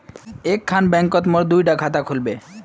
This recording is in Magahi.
एक खान बैंकोत मोर दुई डा खाता खुल बे?